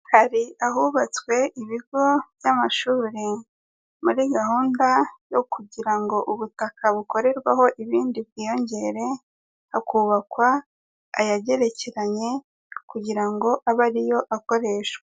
Hari ahubatswe ibigo by'amashuri muri gahunda yo kugira ngo ubutaka bukorerweho ibindi bwiyongere, hakubakwa ayagerekeranye kugira ngo abe ari yo akoreshwa.